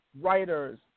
writers